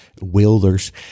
Wilders